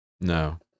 No